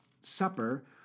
Supper